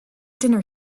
dinner